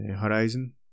horizon